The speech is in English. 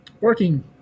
working